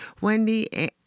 Wendy